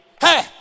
Hey